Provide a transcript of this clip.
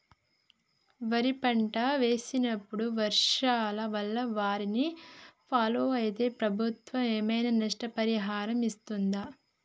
వరి పంట వేసినప్పుడు వర్షాల వల్ల వారిని ఫాలో అయితే ప్రభుత్వం ఏమైనా నష్టపరిహారం ఇస్తదా?